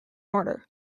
order